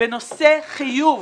בנושא חיוב